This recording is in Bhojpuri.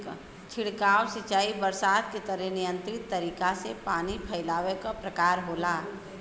छिड़काव सिंचाई बरसात के तरे नियंत्रित तरीका से पानी फैलावे क प्रकार होला